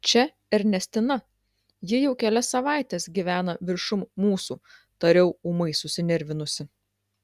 čia ernestina ji jau kelias savaites gyvena viršum mūsų tariau ūmai susinervinusi